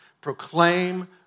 proclaim